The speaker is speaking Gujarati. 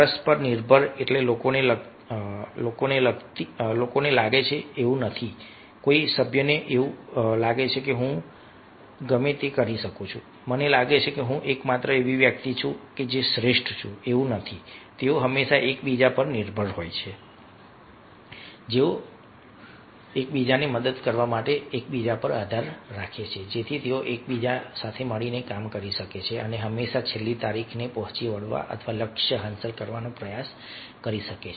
પરસ્પર નિર્ભર એટલે લોકોને લાગે છે કે એવું નથી કે કોઈ સભ્યને લાગે કે હું ગમે તે કરી શકું છું મને ગમે છે અને હું એકમાત્ર એવી વ્યક્તિ છું જે હું શ્રેષ્ઠ છું એવું નથી તેઓ હંમેશા એક બીજા પર નિર્ભર હોય છે જેથી તેઓ એકબીજાની મદદ મેળવવા માટે એકબીજા પર આધાર રાખે જેથી તેઓ સાથે મળીને કામ કરી શકે અને હંમેશા છેલ્લી તારીખને પહોંચી વળવા અથવા લક્ષ્ય હાંસલ કરવાનો પ્રયાસ કરી શકે